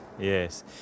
yes